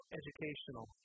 educational